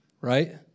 right